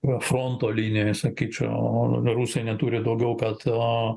arba fronto linijose kai čia dabar rusai neturi daugiau kad a